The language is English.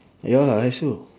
ya I also